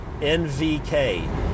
NVK